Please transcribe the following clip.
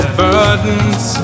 burdens